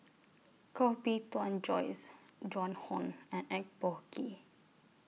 Koh Bee Tuan Joyce Joan Hon and Eng Boh Kee